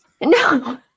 no